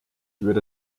würde